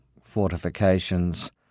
fortifications